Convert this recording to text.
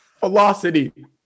velocity